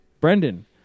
Brendan